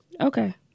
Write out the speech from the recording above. Okay